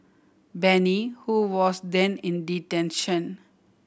Bani who was then in detention